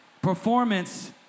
Performance